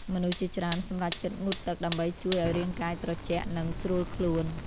មនុស្សជាច្រើនសម្រេចចិត្តងូតទឹកដើម្បីជួយឱ្យរាងកាយត្រជាក់ និងស្រួលខ្លួន។